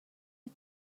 you